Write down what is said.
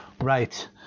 Right